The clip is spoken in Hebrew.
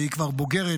והיא כבר בוגרת